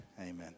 Amen